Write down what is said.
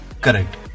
Correct